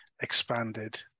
expanded